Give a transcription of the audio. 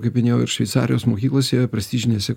kaip minėjau ir šveicarijos mokyklose prestižinėse